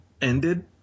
ended